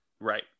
right